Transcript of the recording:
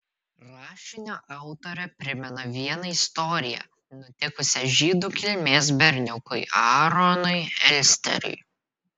rašinio autorė primena vieną istoriją nutikusią žydų kilmės berniukui aaronui elsteriui